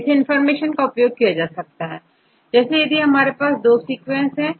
इस इंफॉर्मेशन का उपयोग किया जा सकता है उदाहरण के तौर पर यदि आपके पास दो सीक्वेंसेस है